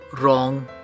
wrong